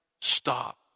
stop